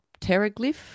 pteroglyph